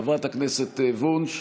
חברת הכנסת וונש,